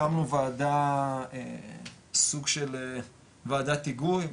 הקמנו ועדה סוג של ועדת היגוי,